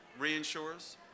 reinsurers